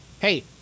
hey